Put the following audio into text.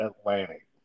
Atlantic